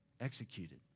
executed